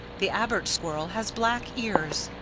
the abert squirrel has black ears,